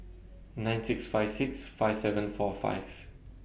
nine six five six five seven four five